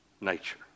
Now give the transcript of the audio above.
nature